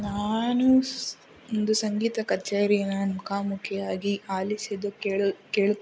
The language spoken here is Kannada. ನಾನು ಸ ಒಂದು ಸಂಗೀತ ಕಛೇರಿನ ಮುಖಾಮುಖಿಯಾಗಿ ಆಲಿಸಿದ್ದು ಕೇಳುದ್ ಕೇಳುತ್